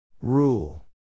Rule